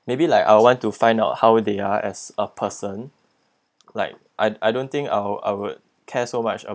maybe like I want to find out how they are as a person like I I don't think I would I would care so much